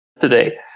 today